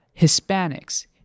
Hispanics